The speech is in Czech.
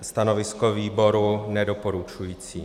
Stanovisko výboru nedoporučující.